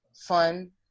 fun